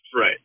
Right